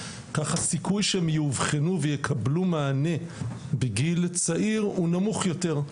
ככה הסיכוי שהם יאובחנו ויקבלו מענה בגיל צעיר הוא נמוך יותר,